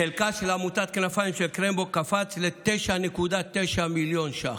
חלקה של עמותת כנפיים של קרמבו קפץ ל-9.9 מיליון ש"ח,